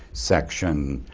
section,